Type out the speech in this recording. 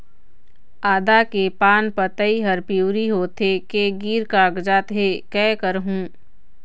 आदा के पान पतई हर पिवरी होथे के गिर कागजात हे, कै करहूं?